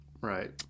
Right